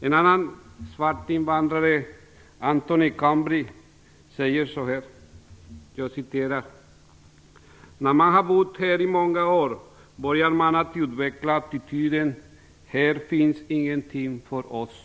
En annan svart invandrare, Anthony Carnby, säger: "När man har bott här i många år börjar man utveckla attityden ?Här finns ingenting för oss.